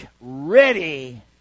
ready